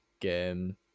Game